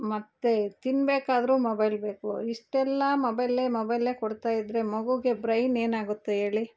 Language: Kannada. ಮತ್ತು ತಿನ್ಬೇಕಾದರು ಮೊಬೈಲ್ ಬೇಕು ಇಷ್ಟೆಲ್ಲ ಮೊಬೈಲೆ ಮೊಬೈಲೆ ಕೊಡ್ತಾ ಇದ್ರೆ ಮಗುಗೆ ಬ್ರೈನ್ ಏನಾಗುತ್ತೆ ಹೇಳಿ